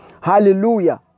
Hallelujah